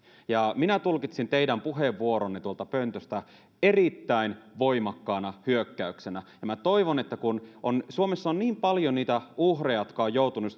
minä tulkitsin teidän puheenvuoronne tuolta pöntöstä erittäin voimakkaana hyökkäyksenä ja minä toivon että kun suomessa on niin paljon niitä uhreja jotka ovat joutuneet